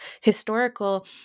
historical